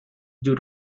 due